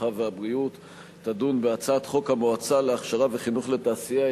הרווחה והבריאות תדון בהצעת חוק המועצה להכשרה וחינוך לתעשייה,